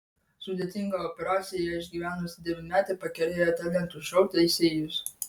sudėtingą operaciją išgyvenusi devynmetė pakerėjo talentų šou teisėjus